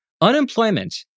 Unemployment